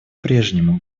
прежнему